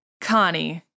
Connie